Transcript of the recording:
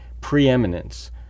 preeminence